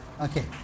Okay